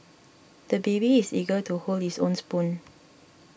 the baby is eager to hold his own spoon